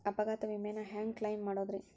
ಅಪಘಾತ ವಿಮೆನ ಹ್ಯಾಂಗ್ ಕ್ಲೈಂ ಮಾಡೋದ್ರಿ?